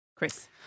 Chris